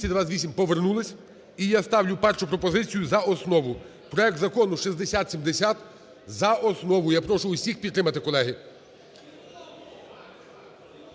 За-228 Повернулись. І я ставлю першу пропозицію за основу. Проект Закону 6070 за основу. Я прошу всіх підтримати, колеги.